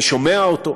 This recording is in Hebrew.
אני שומע אותו,